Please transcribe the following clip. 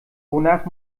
wonach